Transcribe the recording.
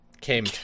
Came